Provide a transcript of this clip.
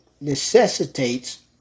necessitates